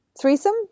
Threesome